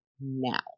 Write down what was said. now